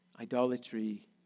Idolatry